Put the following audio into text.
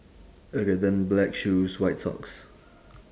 okay then black shoes white socks